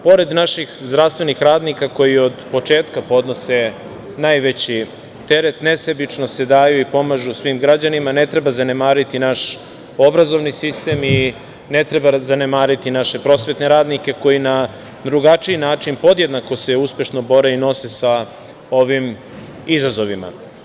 Pored naših zdravstvenih radnika koji od početka podnose najveći teret, nesebično se daju i pomažu svim građanima, ne treba zanemariti naš obrazovni sistem i ne treba zanemariti naše prosvetne radnike koji na drugačiji način podjednako se uspešno bore i nose sa ovim izazovima.